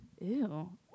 Ew